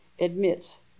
admits